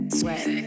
sweat